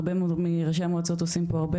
הרבה מראשי המועצות עושים פה הרבה,